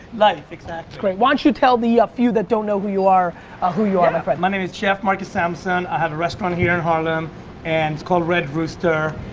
life. exactly. why don't you tell the few that don't know who you are ah who you are my friend? yeah, my name is chef marcus samuelsson. i have a restaurant here in harlem and it's called red rooster.